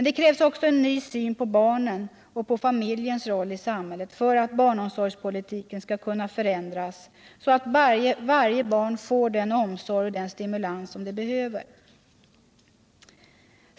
Det krävs också en ny syn på barnen och familjens roll i samhället för att barnomsorgspolitiken skall kunna förändras så att varje barn får den omsorg och stimulans det behöver.